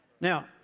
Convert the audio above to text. Now